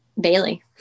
Bailey